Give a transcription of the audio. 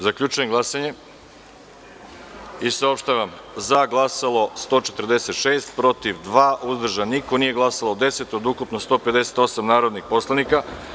Zaključujem glasanje i saopštavam: za je glasalo – 146, protiv – dva, uzdržanih – nema, nije glasalo 10, od ukupno 158 narodnih poslanika.